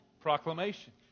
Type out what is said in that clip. proclamation